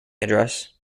address